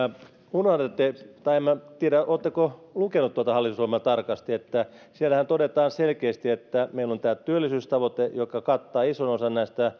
unohdatte tai en minä tiedä oletteko lukenut tuota hallitusohjelmaa tarkasti että siellähän todetaan selkeästi että meillä on tämä työllisyystavoite joka kattaa ison osan näistä